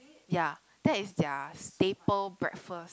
ya that is their staple breakfast